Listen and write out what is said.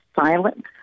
silent